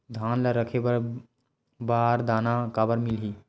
धान ल रखे बर बारदाना काबर मिलही?